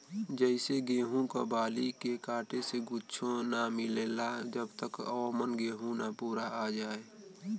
जइसे गेहूं क बाली के काटे से कुच्च्छो ना मिलला जब तक औमन गेंहू ना पूरा आ जाए